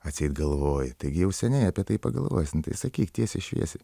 atseit galvoji taigi jau seniai apie tai pagalvojęs nu tai sakyk tiesiai šviesiai